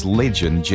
legend